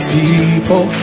people